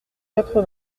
quatre